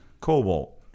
Cobalt